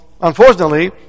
unfortunately